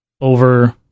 over